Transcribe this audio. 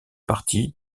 partie